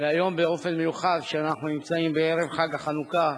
והיום באופן מיוחד, כשאנחנו בערב חג החנוכה,